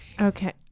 Okay